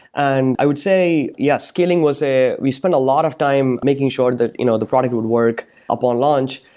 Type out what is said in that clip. and i would say, yeah, scaling was a we spent a lot of time making sure that you know the product would work up on launch.